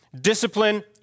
discipline